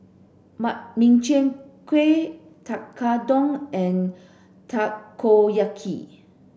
Makchang Gui Tekkadon and Takoyaki